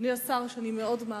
שאני מאוד מעריכה,